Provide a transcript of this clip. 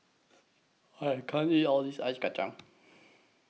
I can't eat All This Ice Kacang